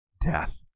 death